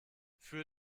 für